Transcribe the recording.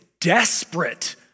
desperate